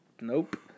nope